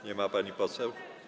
Nie ma pani poseł?